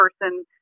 person